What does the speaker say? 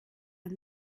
and